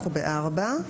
אנחנו ב-4.